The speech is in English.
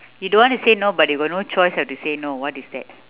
you don't want to say no but you got no choice you have to say no what is that